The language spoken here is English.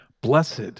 Blessed